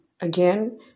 again